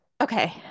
Okay